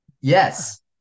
Yes